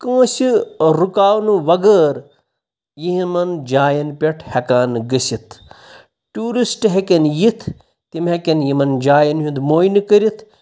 کٲنٛسہِ رُکاونہٕ وَغٲر یِمَن جایَن پٮ۪ٹھ ہٮ۪کان گٔژھِتھ ٹیوٗرِسٹہٕ ہٮ۪کن یِتھ تِم ہٮ۪کٮ۪ن یِمَن جایَن ہُنٛد مویہِ کٔرِتھ